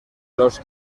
los